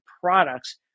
products